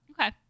Okay